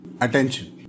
attention